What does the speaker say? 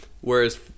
whereas